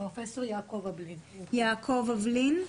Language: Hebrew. אני רוצה לעבור לדובר הבא פרופ' יעקב אבלין.